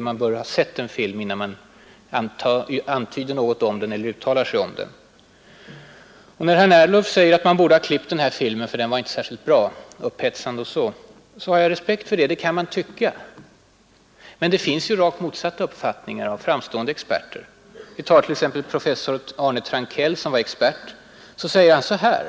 Man bör väl ha sett en film innan man antyder något 47 om den eller uttalar sig om den. När herr Ernulf ansåg att man borde ha klippt den här filmen, eftersom den inte var särskilt bra utan upphetsande m.m., så kan jag förstå att han anser det. Det kan man tycka. Men det finns framstående experter som har rakt motsatta uppfattningar. Ta t.ex. professor Arne Trankell, som var expert i saken. Han säger: